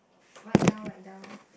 write down write down